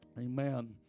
Amen